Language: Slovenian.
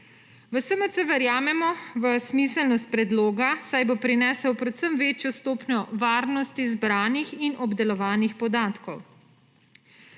V SMC verjamemo v smiselnost predloga, saj bo prinesel predvsem večjo stopnjo varnosti zbranih in obdelovanih podatkov.